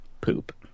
poop